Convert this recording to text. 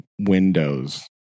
windows